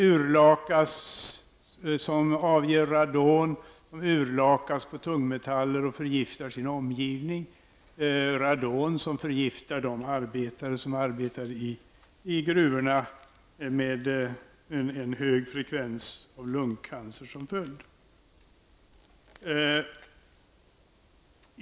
Det avger radon, urlakas på tungmetaller och förgiftar sin omgivning. De som arbetar i gruvorna förgiftas av radonet med en hög frekvens av lungcancer som följd.